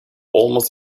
almost